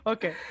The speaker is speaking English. Okay